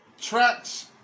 tracks